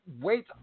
wait